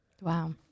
wow